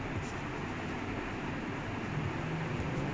tamil ah மட்டும்:matum lah something like that